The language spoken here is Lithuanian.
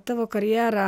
tavo karjera